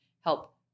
help